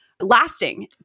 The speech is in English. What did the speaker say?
lasting